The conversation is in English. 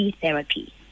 therapy